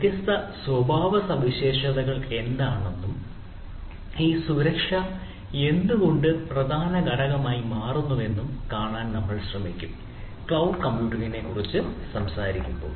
വ്യത്യസ്ത സ്വഭാവസവിശേഷതകൾ എന്താണെന്നും ഈ സുരക്ഷ എന്തുകൊണ്ട് പ്രധാന ഘടകമായി മാറുന്നുവെന്നും കാണാൻ നമ്മൾ ശ്രമിക്കും ക്ലൌഡ് കമ്പ്യൂട്ടിംഗിനെക്കുറിച്ച് സംസാരിക്കുമ്പോൾ